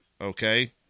Okay